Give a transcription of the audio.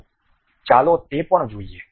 તો ચાલો તે પણ જોઈએ